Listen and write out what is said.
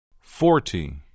Forty